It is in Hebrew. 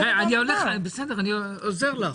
בסדר, אני עוזר לך.